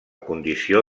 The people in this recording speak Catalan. condició